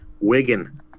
Wigan